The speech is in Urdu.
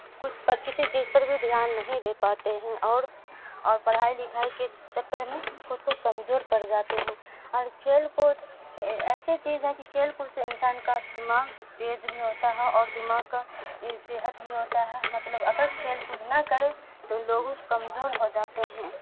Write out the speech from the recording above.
کچھ پر کسی چیز پر بھی دھیان نہیں دے پاتے ہیں اور اور پڑھائی لکھائی کے چکر میں خود کو کمزور پڑ جاتے ہیں اور کھیل کود ایسے چیز ہے کہ کھیل کود سے انسان کا دماغ تیز بھی ہوتا ہے اور دماغ کا صحت بھی ہوتا ہے مطلب اگر کھیل کود نہ کرے تو لوگوں کمزور ہو جاتے ہیں